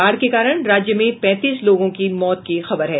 बाढ़ के कारण राज्य में पैंतीस लोगों की मौत की खबर है